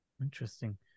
interesting